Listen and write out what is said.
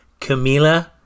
Camila